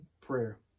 prayer